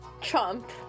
Trump